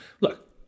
look